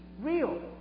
real